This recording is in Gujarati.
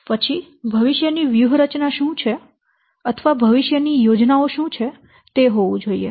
પછી ભવિષ્યની વ્યૂહરચના શું છે અથવા ભવિષ્યની યોજનાઓ શું છે તે હોવું જોઈએ